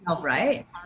Right